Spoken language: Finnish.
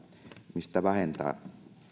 mistä vähentää